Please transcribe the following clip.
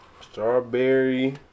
strawberry